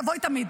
תבואי תמיד.